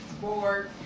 bored